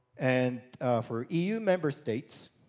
and for eu member states,